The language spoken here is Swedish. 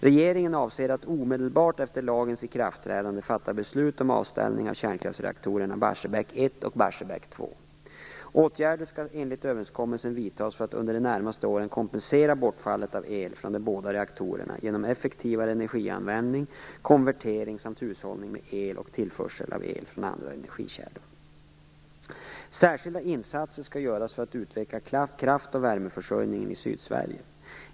Regeringen avser att omedelbart efter lagens ikraftträdande fatta beslut om avställning av kärnkraftsreaktorerna Barsebäck 1 och Barsebäck 2. Åtgärder skall enligt överenskommelsen vidtas för att under de närmaste åren kompensera bortfallet av el från de båda reaktorerna genom effektivare energianvändning, konvertering samt hushållning med el och tillförsel av el från andra energikällor. Särskilda insatser skall göras för att utveckla kraft och värmeförsörjningen i Sydsverige.